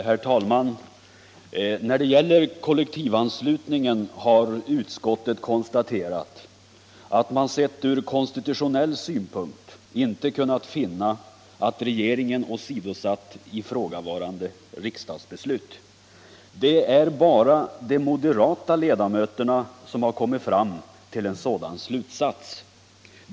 Herr talman! När det gäller kollektivanslutningen har utskottet konstaterat att man från konstitutionell synpunkt inte kunnat finna att regeringen åsidosatt ifrågavarande riksdagsbeslut. Det är bara de moderata ledamöterna som har kommit fram till en annan slutsats.